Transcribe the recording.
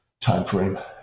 timeframe